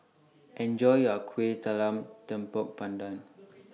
Enjoy your Kueh Talam Tepong Pandan